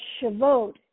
Shavuot